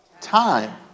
Time